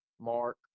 Mark